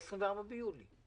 24 ביולי.